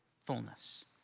fullness